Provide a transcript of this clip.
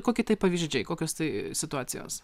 kokie tai pavyzdžiai kokios tai situacijos